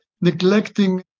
neglecting